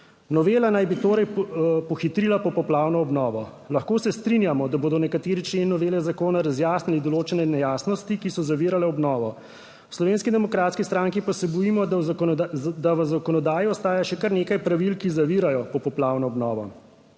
Novela naj bi torej pohitrila popoplavno obnovo. Lahko se strinjamo, da bodo nekateri členi novele zakona razjasnili določene nejasnosti, ki so zavirale obnovo. V Slovenski demokratski stranki pa se bojimo, da v zakonodaji obstaja še kar nekaj pravil, ki zavirajo popoplavno obnovo.